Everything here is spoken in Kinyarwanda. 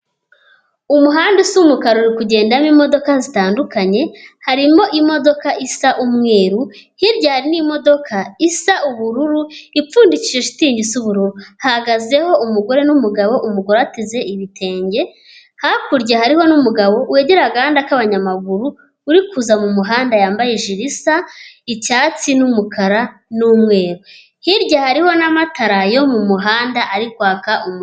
Umuhanda usa umukara uri kugendamo imodoka zitandukanye, harimo imodoka isa umweru. Hirya hari n'imodoka isa ubururu, ipfundikishije shitingi isa ubururu. Hahagazeho umugore n'umugabo; umugore ateze ibitenge. Hakurya hariho n'umugabo wegereye agahanda k'abanyamaguru uri kuza mu muhanda yambaye ijiri isa icyatsi n'umukara, n'umweru. Hirya hariho n'amatara yo mu muhanda ari kwaka umuriro.